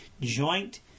joint